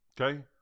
Okay